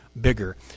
bigger